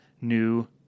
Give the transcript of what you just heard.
new